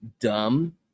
dumb